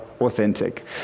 authentic